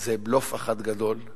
זה בלוף אחד גדול.